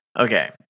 Okay